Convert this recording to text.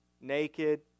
Naked